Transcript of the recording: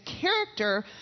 character